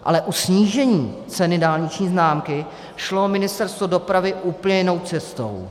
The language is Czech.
Ale u snížení ceny dálniční známky šlo Ministerstvo dopravy úplně jinou cestou.